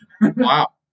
Wow